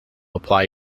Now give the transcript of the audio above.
apply